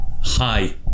Hi